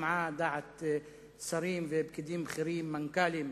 שמעה דעת שרים ופקידים בכירים, מנכ"לים,